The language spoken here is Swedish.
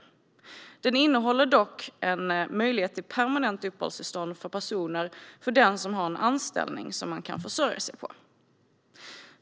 Lagen innehåller dock en möjlighet till permanent uppehållstillstånd för personer som har en anställning som man kan försörja sig på.